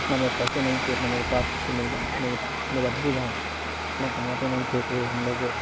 اتنا میرے پیسے نہیں تھے اتنا میرے پاس میرے بم میرے ابو جان اتنا کماتے نہیں تھے تو ہم لوگ